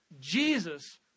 jesus